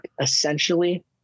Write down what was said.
essentially